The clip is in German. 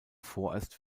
vorerst